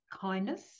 kindness